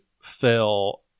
fell